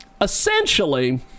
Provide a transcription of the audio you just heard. Essentially